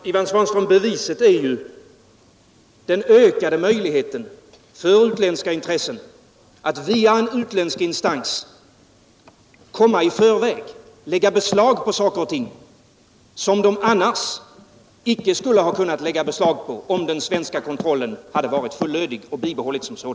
Herr talman! Beviset är ju, Ivan Svanström, den ökade möjligheten för utländska intressen att via en utländsk instans komma före och lägga beslag på saker och ting. Hade den svenska kontrollen varit fullödig och hade den bibehållits skulle detta inte ha kunnat ske.